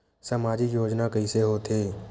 सामजिक योजना कइसे होथे?